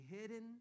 hidden